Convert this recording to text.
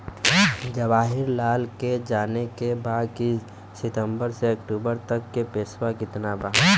जवाहिर लाल के जाने के बा की सितंबर से अक्टूबर तक के पेसवा कितना बा?